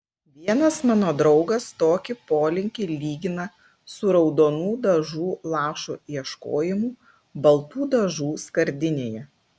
vienas mano draugas tokį polinkį lygina su raudonų dažų lašo ieškojimu baltų dažų skardinėje